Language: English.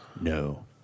No